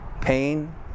pain